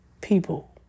people